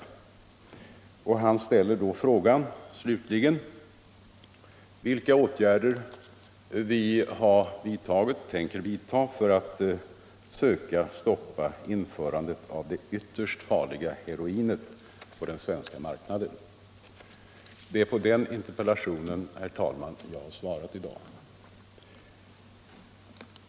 Herr Bengtsson ställer frågan vilka åtgärder som vidtagits och kommer att vidtagas från regeringens sida för att stoppa införandet av det ytterst farliga heroinet på den svenska marknaden. Det är dessa frågor i interpellationen som jag har besvarat.